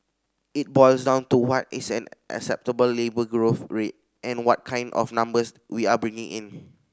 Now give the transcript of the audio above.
it boils down to what is an acceptable labour growth rate and what kind of numbers we are bringing in